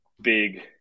big